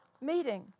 meeting